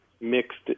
mixed